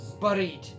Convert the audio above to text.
buried